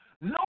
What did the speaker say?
No